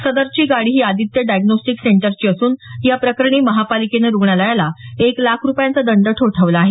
सदरची गाडी ही आदित्य डायय़ोस्टीक सेंटरची असून याप्रकरणी महापालिकेनं रुग्णालयाला एक लाख रुपयांचा दंड ठोठावला आहे